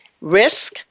Risk